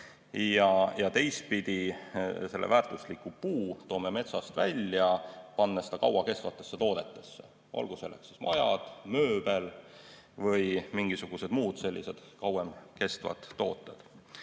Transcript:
ja teistpidi, selle väärtusliku puu toome metsast välja, pannes ta kauakestvatesse toodetesse, olgu selleks majad, mööbel või mingisugused muud sellised kauem kestvad tooted.